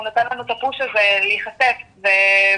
הוא נתן לנו את הפוש הזה להיחשף וללכת